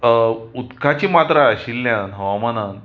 उदकाची मात्रा आशिल्ल्यान हवामानांत